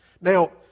Now